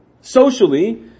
Socially